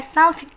South